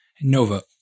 Nova